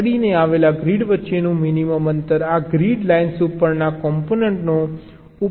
તેથી 2 અડીને આવેલા ગ્રીડ વચ્ચેનું મિનિમમ અંતર આ ગ્રીડ લાઇન્સ ઉપરના કોમ્પોનન્ટો ઉપર આધારિત છે